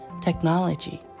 technology